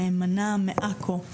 נאמנה של התוכנית שמגיעה אלינו מעכו,